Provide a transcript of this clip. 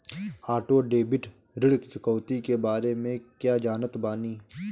Auto debit ऋण चुकौती के बारे में कया जानत बानी?